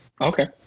Okay